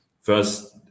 first